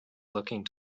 looking